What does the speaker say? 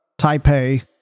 Taipei